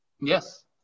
Yes